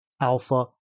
alpha